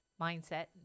mindset